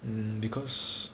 mm because